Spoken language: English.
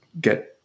get